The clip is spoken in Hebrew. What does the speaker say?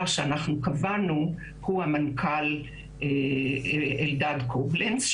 שאנחנו קבענו הוא המנכ"ל אלדד קובלנץ.